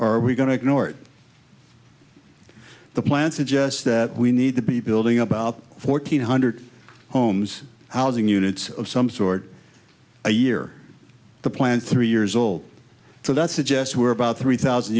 are we going to ignore the plan suggests that we need to be building about fourteen hundred homes housing units of some sort a year the plant three years old so that suggest were about three thousand